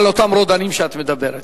על אותם רודנים שאת מדברת.